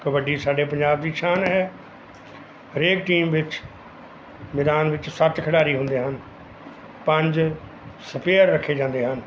ਕਬੱਡੀ ਸਾਡੇ ਪੰਜਾਬ ਦੀ ਸ਼ਾਨ ਹੈ ਹਰੇਕ ਟੀਮ ਵਿੱਚ ਮੈਦਾਨ ਵਿੱਚ ਸੱਤ ਖਿਡਾਰੀ ਹੁੰਦੇ ਹਨ ਪੰਜ ਸਪੇਅਰ ਰੱਖੇ ਜਾਂਦੇ ਹਨ